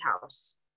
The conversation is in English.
house